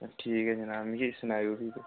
ठीक ऐ जनाब मिगी सनाएओ भी तुस